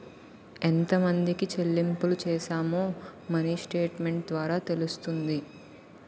ఎంతమందికి చెల్లింపులు చేశామో మినీ స్టేట్మెంట్ ద్వారా తెలుస్తుంది